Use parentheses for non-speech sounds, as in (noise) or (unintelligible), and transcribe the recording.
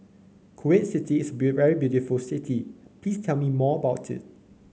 Kuwait City is a (unintelligible) very beautiful city please tell me more about it